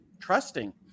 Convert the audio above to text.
trusting